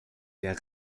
der